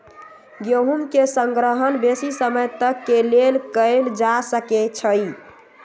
गेहूम के संग्रहण बेशी समय तक के लेल कएल जा सकै छइ